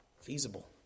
feasible